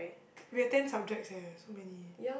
we have ten subjects eh so many